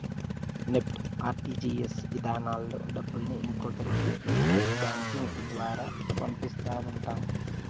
NEFT, RTGS ఇధానాల్లో డబ్బుల్ని ఇంకొకరి నెట్ బ్యాంకింగ్ ద్వారా పంపిస్తా ఉంటాం